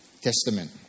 Testament